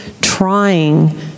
trying